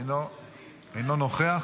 אינו נוכח,